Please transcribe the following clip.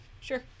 sure